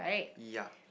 yeah